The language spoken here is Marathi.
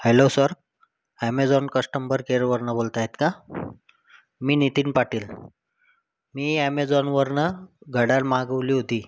हॅलो सर ॲमेझॉन कस्टंबर केअरवरनं बोलत आहेत का मी नितीन पाटील मी ॲमेझॉनवरनं घड्याळ मागवली होती